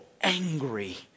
angry